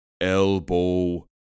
elbow